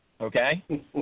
Okay